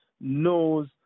knows